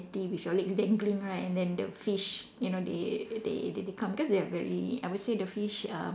with your legs dangling right and then the fish you know they they they come because they are very I would say the fish uh